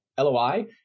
LOI